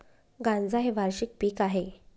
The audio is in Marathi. गांजा हे वार्षिक पीक आहे